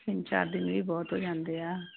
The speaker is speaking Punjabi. ਤਿੰਨ ਚਾਰ ਦਿਨ ਵੀ ਬਹੁਤ ਹੋ ਜਾਂਦੇ ਆ